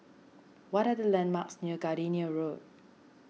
what are the landmarks near Gardenia Road